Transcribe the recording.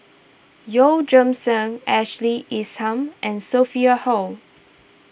Yeoh Ghim Seng Ashley Isham and Sophia Hull